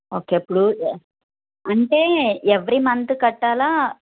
okay అప్పుడు అంటే every month కట్టాల